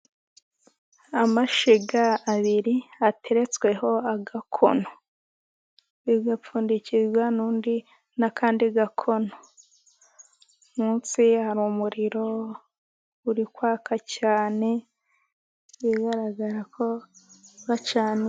Amashyiga abiri ateretsweho agakono, bigapfundikirwa n'ubundi n'akandi gakono. Munsi y'umuriro uri kwaka cyane bigaragara ko bacaniye.